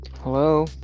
Hello